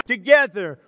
Together